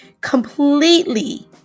completely